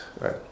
right